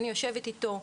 אני יושבת איתו,